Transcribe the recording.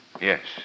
Yes